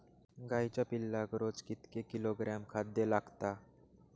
गाईच्या पिल्लाक रोज कितके किलोग्रॅम खाद्य लागता?